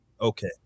Okay